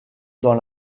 dans